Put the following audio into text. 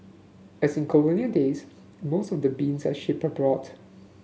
as in colonial days most of the beans are shipped abroad